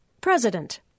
President